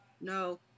no